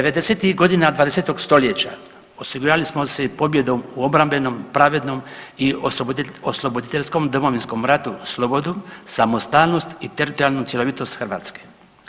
90.-tih godina 20. stoljeća osigurali smo si pobjedom u obrambenom, pravednom i osloboditeljskom Domovinskom ratu slobodu, samostalnost i teritorijalnu cjelovitost Hrvatske.